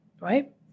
right